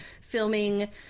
filming